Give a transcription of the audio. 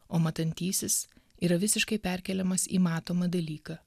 o matantysis yra visiškai perkeliamas į matomą dalyką